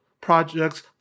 projects